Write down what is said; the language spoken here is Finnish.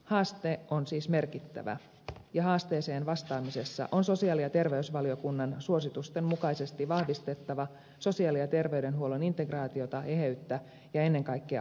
haaste on siis merkittävä ja haasteeseen vastaamisessa on sosiaali ja terveysvaliokunnan suositusten mukaisesti vahvistettava sosiaali ja terveydenhuollon integraatiota eheyttä ja ennen kaikkea asiakaslähtöisyyttä